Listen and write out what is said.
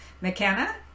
McKenna